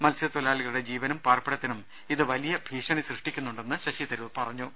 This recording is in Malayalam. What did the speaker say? മത്സ്യത്തൊഴിലാളികളുടെ ജീവനും പാർപ്പിടത്തിനും ഇത് വലിയ ഭീഷണി സൃഷ്ടിക്കുന്നുണ്ടെന്ന് ശശിതരൂർ പറഞ്ഞു